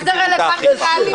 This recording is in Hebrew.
מה זה רלוונטי לאלימות?